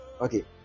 okay